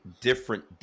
different